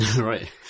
right